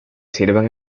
sirven